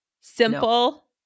simple